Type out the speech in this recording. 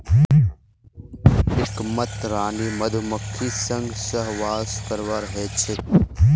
ड्रोनेर एकमात रानी मधुमक्खीर संग सहवास करवा ह छेक